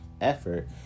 effort